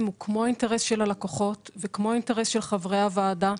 כמו האינטרס של הלקוחות וכמו האינטרס של חברי הוועדה,